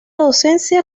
docencia